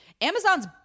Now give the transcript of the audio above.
Amazon's